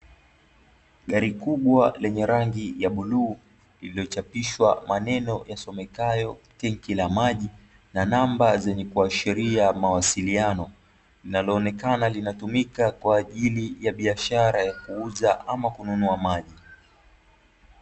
Gari kubwa lenye rangi ya bluu lililochapishwa maneno yasomekayo tenki la maji, na namba zenye kuashiria mawasiliano linaloonekana linatumika, kwa ajili ya biashara ya kuuza ama kununua maji.